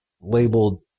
labeled